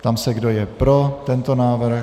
Ptám se, kdo je pro tento návrh.